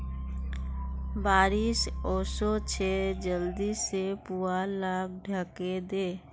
बारिश ओशो छे जल्दी से पुवाल लाक ढके दे